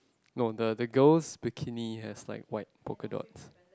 no the the girl's bikini has like white polka dots